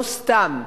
לא סתם מישהו,